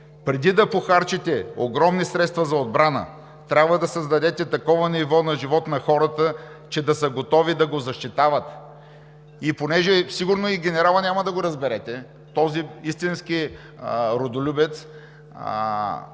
„Преди да похарчите огромни средства за отбрана, трябва да създадете такова ниво на живот на хората, че да са готови да го защитават.“ Понеже сигурно и генералът няма да го разберете – този истински родолюбец,